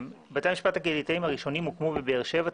בתי המשפט הקהילתיים הראשונים הוקמו בבאר-שבע,